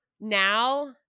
Now